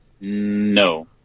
No